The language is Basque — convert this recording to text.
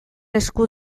esku